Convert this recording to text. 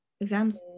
exams